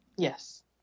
Yes